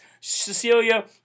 Cecilia